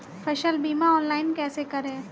फसल बीमा ऑनलाइन कैसे करें?